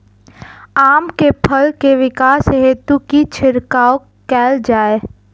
आम केँ फल केँ विकास हेतु की छिड़काव कैल जाए?